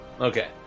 Okay